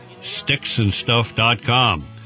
sticksandstuff.com